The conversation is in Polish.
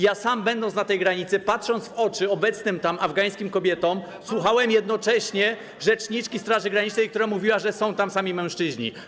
Ja sam, będąc na granicy, patrząc w oczy obecnym tam afgańskim kobietom, słuchałem jednocześnie rzeczniczki Straży Granicznej, która mówiła, że są tam sami mężczyźni.